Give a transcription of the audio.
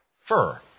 fur